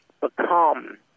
become